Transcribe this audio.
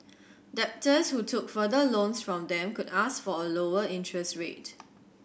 debtors who took further loans from them could ask for a lower interest rate